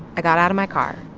i got out of my car.